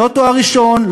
לא תואר ראשון,